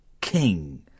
King